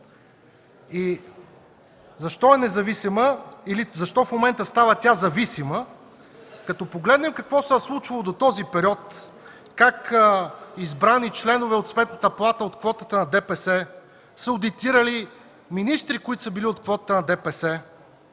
Защо е независима или защо в момента става тя зависима? Като погледнем в момента какво се е случвало до този период – как избрани членове от Сметната палата от квотата на ДПС са одитирали министри, които са били от квотата на ДПС,